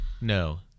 No